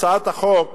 הצעת החוק,